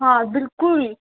ਹਾਂ ਬਿਲਕੁਲ